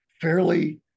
fairly